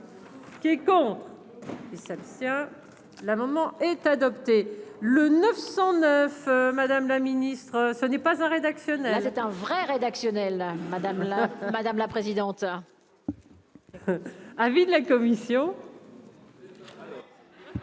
Qui est contre et s'abstient l'amendement est adopté le 909 Madame la Ministre, ça n'est pas un rédactionnelle. Un vrai rédactionnel madame la madame la présidente. Avis de la commission.